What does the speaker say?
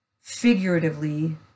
figuratively